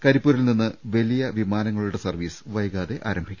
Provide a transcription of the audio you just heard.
കരിപ്പൂരിൽ നിന്ന് വലിയ വിമാനങ്ങളുടെ സർവീസ് വൈകാതെ ആരംഭിക്കും